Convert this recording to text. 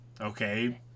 okay